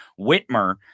Whitmer